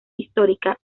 histórica